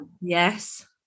Yes